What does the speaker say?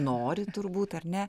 nori turbūt ar ne